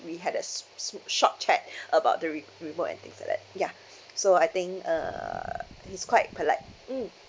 we had a s~ s~ mm short chat about the the remote and things like ya so I think uh he's quite polite mm